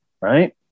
Right